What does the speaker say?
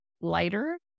lighter